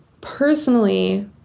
personally